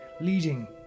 leading